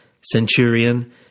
Centurion